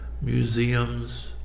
museums